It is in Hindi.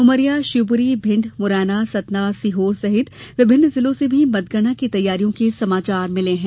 उमरिया शिवपुरी भिंड मुरैना सतना सीहोर सहित विभिन्न जिलों से भी मतगणना की तैयारियों के समाचार मिले हैं